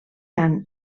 han